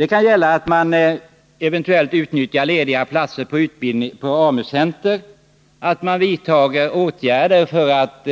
Eventuellt kan man utnyttja lediga platser på AMU-center och vidta åtgärder för att